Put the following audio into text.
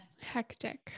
hectic